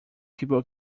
people